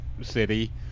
city